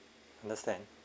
understand